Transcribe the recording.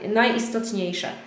najistotniejsze